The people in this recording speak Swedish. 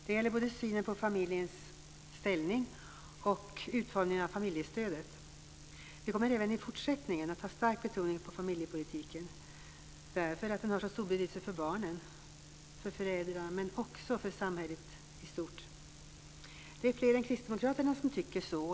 Det gäller både synen på familjens ställning och utformningen av familjestödet. Vi kommer även i fortsättningen att ha en stark betoning på familjepolitiken, eftersom den har så stor betydelse för barnen och för föräldrarna men också för samhället i stort. Det är fler än kristdemokraterna som tycker så.